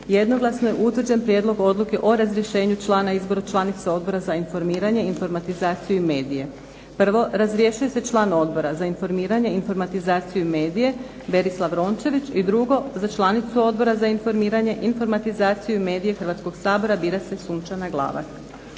jednoglasno je utvrđen prijedlog odluke o razrješenju člana i izboru članice Odbora za informiranje, informatizaciju i medije. Prvo, razrješuje se član Odbora za informiranje, informatizaciju i medije Berislav Rončević i drugo za članicu Odbora za informiranje, informatizaciju i medije Hrvatskog sabora bila se Sunčana Glavak.